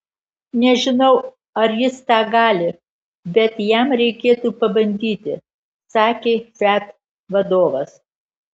nežinau ar jis tą gali bet jam reikėtų pabandyti sakė fiat vadovas